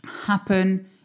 happen